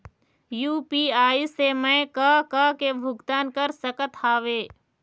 UPI से मैं का का के भुगतान कर सकत हावे?